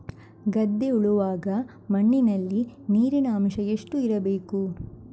ಗದ್ದೆ ಉಳುವಾಗ ಮಣ್ಣಿನಲ್ಲಿ ನೀರಿನ ಅಂಶ ಎಷ್ಟು ಇರಬೇಕು?